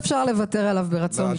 אפשר לוותר עליו ברצון משני הצדדים.